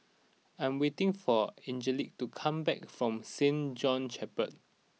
I am waiting for Angelic to come back from Saint John's Chapel